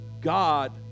God